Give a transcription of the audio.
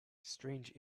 strange